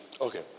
Okay